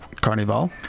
Carnival